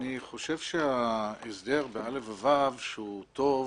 אני חושב שההסדר ב-(א) וב-(ו) שהוא טוב,